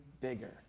bigger